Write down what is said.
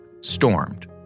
stormed